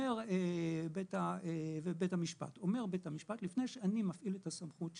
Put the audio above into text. אומר בית המשפט שלפני שאני מפעיל את הסמכות שלי,